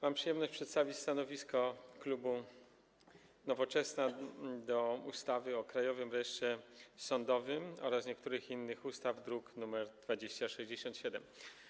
Mam przyjemność przedstawić stanowisko klubu Nowoczesna wobec ustawy o Krajowym Rejestrze Sądowym oraz niektórych innych ustaw, druk nr 2067.